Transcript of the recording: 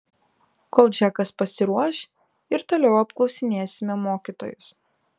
kol džekas pasiruoš ir toliau apklausinėsime mokytojus